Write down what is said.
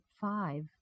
five